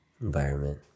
environment